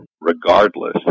regardless